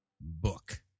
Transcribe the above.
book